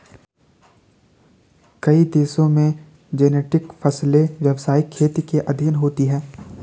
कई देशों में जेनेटिक फसलें व्यवसायिक खेती के अधीन होती हैं